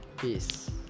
peace